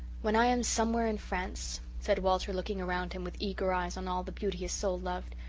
when i am somewhere in france said walter, looking around him with eager eyes on all the beauty his soul loved,